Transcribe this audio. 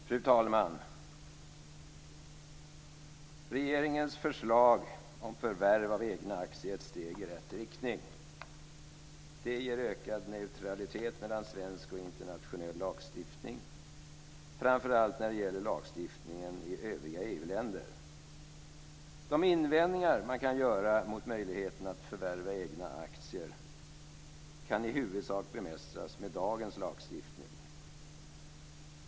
Fru talman! Regeringens förslag om förvärv av egna aktier är ett steg i rätt riktning. Det ger ökad neutralitet mellan svensk och internationell lagstiftning, framför allt när det gäller lagstiftningen i övriga EU-länder. De invändningar man kan göra mot möjligheten att förvärva egna aktier kan i huvudsak bemästras med dagens lagstiftning.